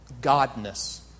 godness